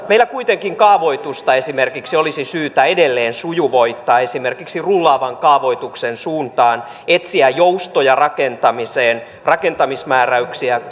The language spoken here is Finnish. meillä kuitenkin esimerkiksi kaavoitusta olisi syytä edelleen sujuvoittaa esimerkiksi rullaavan kaavoituksen suuntaan ja etsiä joustoja rakentamiseen rakentamismääräyksiä